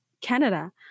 Canada